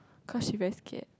cause she very scared